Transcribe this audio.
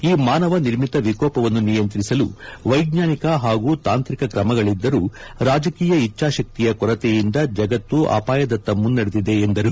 ಈ ಮಾನವ ನಿರ್ಮಿತ ವಿಕೋಪವನ್ನು ನಿಯಂತ್ರಿಸಲು ವೈಜ್ಞಾನಿಕ ಹಾಗೂ ತಾಂತ್ರಿಕ ಕ್ರಮಗಳಿದ್ದರೂ ರಾಜಕೀಯ ಇಚ್ಲಾಶಕ್ತಿಯ ಕೊರತೆಯಿಂದ ಜಗತ್ತು ಅಪಾಯದತ್ತ ಮುನ್ನಡೆದಿದೆ ಎಂದರು